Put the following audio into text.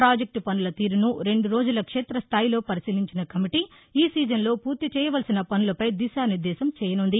ప్రాజెక్లు పనుల తీరును ంండు రోజులు క్షేతస్థాయిలో పరిశీలించిన కమిటీ ఈ సీజన్లో ఫూర్తి చేయవలసిన పనులపై దిశా నిర్దేశం చేయనుంది